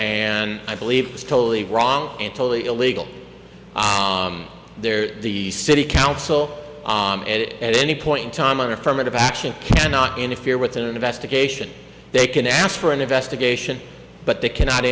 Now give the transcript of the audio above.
and i believe it's totally wrong and totally illegal there the city council at any point in time on affirmative action cannot interfere with an investigation they can ask for an investigation but they cannot